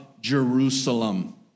Jerusalem